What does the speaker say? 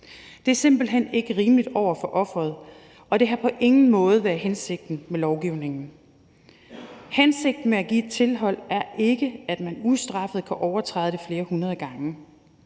Det er simpelt hen ikke rimeligt over for offeret, og det har på ingen måde været hensigten med lovgivningen. Hensigten med at give et tilhold er ikke, at man ustraffet kan overtræde det flere hundrede gange.